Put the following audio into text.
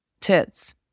tits